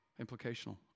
implicational